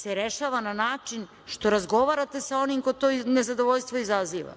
se rešava na način što razgovarate sa onim ko to nezadovoljstvo izaziva.